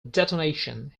detonation